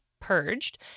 purged